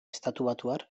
estatubatuar